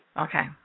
Okay